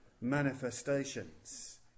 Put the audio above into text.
manifestations